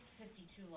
52